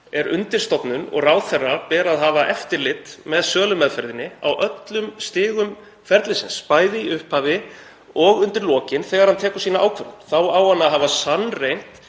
er undirstofnun og ráðherra ber að hafa eftirlit með sölumeðferðinni á öllum stigum ferlisins, bæði í upphafi og undir lokin þegar hann tekur sína ákvörðun. Þá á hann að hafa sannreynt,